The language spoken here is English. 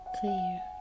clear